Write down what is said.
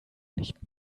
nicht